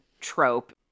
trope